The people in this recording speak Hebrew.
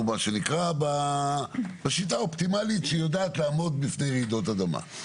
מה שנקרא בשיטה האופטימלית שיודעת לעמוד בפני רעידות אדמה.